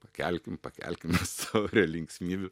pakelkim pakelkim mes prie linksmybių